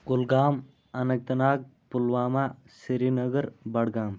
Kulgam Anantnag Pulwama Srinagar Budgam